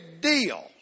deal